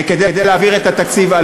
נו,